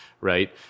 Right